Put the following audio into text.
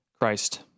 Christ